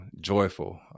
joyful